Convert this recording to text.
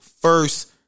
first